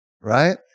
Right